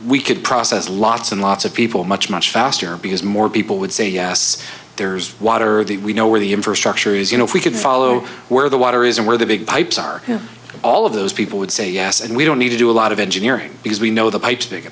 we could process lots and lots of people much much faster because more people would say yes there's water that we know where the infrastructure is you know if we could follow where the water is and where the big pipes are all of those people would say yes and we don't need to do a lot of engineering because we know the